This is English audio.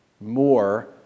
more